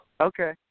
Okay